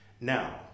Now